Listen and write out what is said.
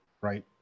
right